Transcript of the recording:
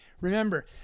Remember